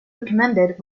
recommended